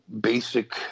basic